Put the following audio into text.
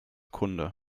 kunde